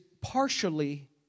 partially